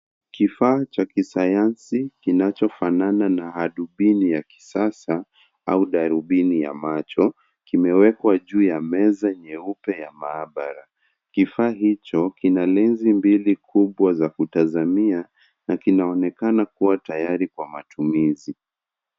Kifaa cha kisayansi kinachofanana na hadubini ya kisasa au darubini ya macho kimewekwa juu ya meza nyeupe ya maabara. Kifaa hicho kina lenzi mbili kubwa za kutazamia na kinaonekana kuwa tayari kwa matumizi.